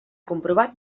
comprovat